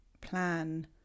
plan